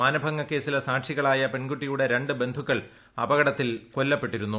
മാനഭംഗകേസിലെ സാക്ഷികളായ പെൺകുട്ടിയുടെ ര ് ബന്ധുക്കൾ അപകുടത്തിൽ കൊല്ലപ്പെട്ടിരുന്നു